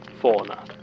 Fauna